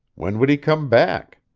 when would he come back?